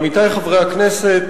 עמיתי חברי הכנסת,